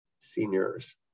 seniors